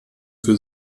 für